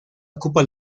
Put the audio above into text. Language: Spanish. ocupa